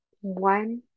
one